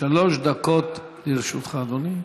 שלוש דקות לרשותך, אדוני.